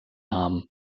haben